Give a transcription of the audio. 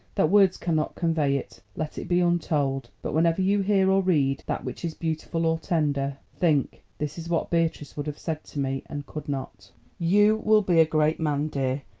that words cannot convey it. let it be untold but whenever you hear or read that which is beautiful or tender, think this is what beatrice would have said to me and could not you will be a great man, dear,